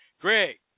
Greg